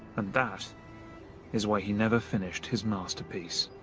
and that is why he never finished his masterpiece.